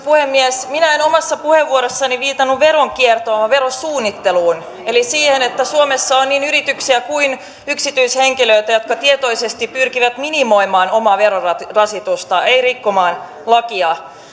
puhemies minä en omassa puheenvuorossani viitannut veronkiertoon vaan verosuunnitteluun eli siihen että suomessa on niin yrityksiä kuin yksityishenkilöitä jotka tietoisesti pyrkivät minimoimaan omaa verorasitusta eivät rikkomaan lakia